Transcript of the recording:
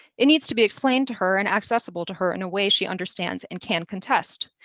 it needs to be explained to her and accessible to her in a way she understands and can contest.